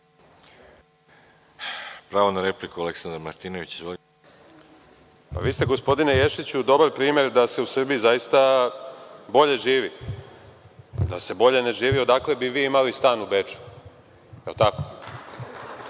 Izvolite. **Aleksandar Martinović** Vi ste, gospodine Ješiću, dobar primer da se u Srbiji zaista bolje živi. Da se ne bolje ne živi odakle bi vi imali stan u Beču? Je li tako?